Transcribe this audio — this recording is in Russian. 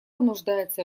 нуждается